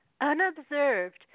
unobserved